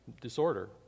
disorder